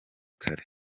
kare